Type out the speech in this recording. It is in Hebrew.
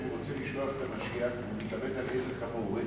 ורוצה לשלוח את המשיח ומתלבט על איזה חמור.